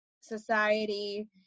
society